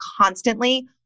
constantly